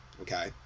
Okay